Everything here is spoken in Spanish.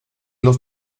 los